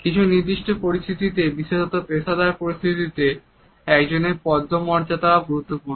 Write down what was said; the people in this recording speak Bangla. কিছু নির্দিষ্ট পরিস্থিতিতে বিশেষত পেশাদার পরিস্থিতিতে একজনের পদমর্যাদাও গুরুত্বপূর্ণ